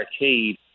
arcade